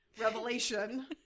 revelation